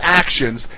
actions